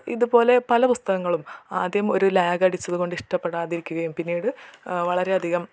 ഇത് പോലെ പല പുസ്തകങ്ങളും ആദ്യം ഒരു ലാഗടിച്ചത് കൊണ്ട് ഇഷ്ടപെടാതിരിക്കുകയും പിന്നീട് വളരെ അധികം